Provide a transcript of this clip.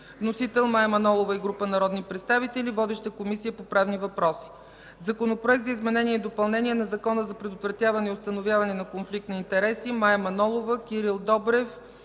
Вносител – Мая Манолова и група народни представители. Водеща е Комисията по правни въпроси. Законопроект за изменение и допълнение на Закона за предотвратяване и установяване на конфликт на интереси. Вносители – Мая Манолова, Кирил Добрев